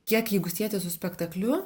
kiek jeigu sieti su spektakliu